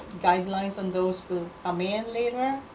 guidelines on those who come in later,